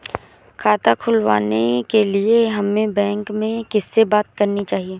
खाता खुलवाने के लिए हमें बैंक में किससे बात करनी चाहिए?